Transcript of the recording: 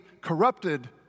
corrupted